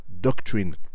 doctrine